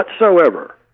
whatsoever